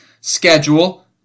schedule